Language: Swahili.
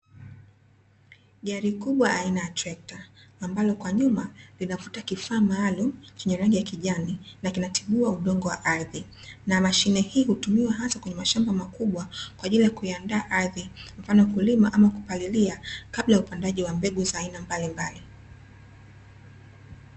Gari kubwa aina ya trekta, ambalo kwa nyuma linavuta kifaa maalum chenye rangi ya kijani, na kinatibua udongo wa ardhi, mashine hii hutumiwa hasa kwenye mashamba makubwa kwa ajili ya kuiandaa ardhi, mfano kulima ama kupalilia kabla upandaji wa mbegu za aina mbalimbali.